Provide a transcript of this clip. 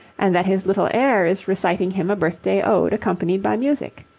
and that his little heir is reciting him a birthday ode accompanied by music.